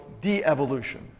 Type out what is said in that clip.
de-evolution